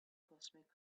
cosmic